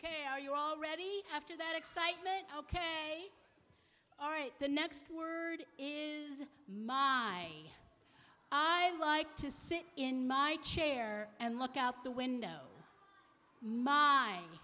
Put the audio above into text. ok are you already have to that excitement ok all right the next word monte i like to sit in my chair and look out the window m